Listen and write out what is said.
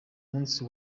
munsi